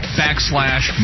backslash